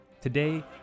Today